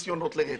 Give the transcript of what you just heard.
ניסיונות לרצח?